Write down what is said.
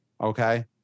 Okay